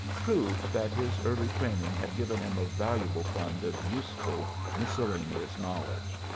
proved that his early training had given him a valuable fund of useful miscellaneous knowledge.